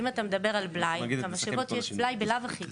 אם מדברים על בלאי, למשאבות הרי יש בלאי בלאו הכי.